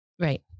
Right